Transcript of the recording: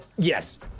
Yes